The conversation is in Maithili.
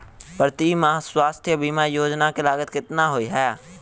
प्रति माह स्वास्थ्य बीमा केँ लागत केतना होइ है?